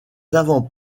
avant